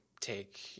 take